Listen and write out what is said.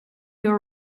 your